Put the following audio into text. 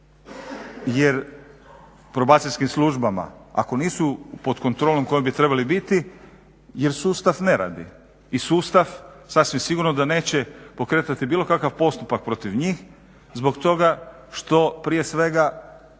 Probacijskim službama, ako nisu pod kontrolom pod kojom bi trebali biti jer sustav ne radi i sustav sasvim sigurno da neće pokretati bilo kakav postupak protiv njih zbog toga što prije svega